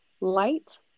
light